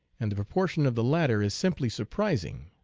and the proportion of the latter is simply surprising.